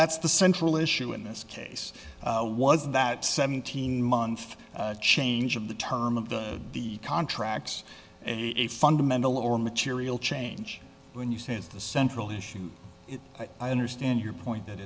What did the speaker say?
that's the central issue in this case was that seventeen month change of the term of the the contracts in a fundamental or material change when you say is the central issue i understand your point that